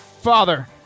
Father